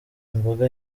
imboga